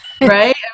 right